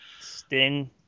Sting